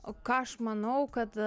o ką aš manau kad